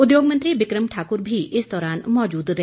उद्योग मंत्री बिक्रम ठाकुर भी इस दौरान मौजूद रहे